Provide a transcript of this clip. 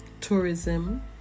tourism